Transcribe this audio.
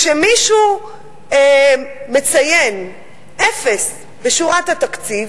כשמישהו מציין אפס בשורת התקציב,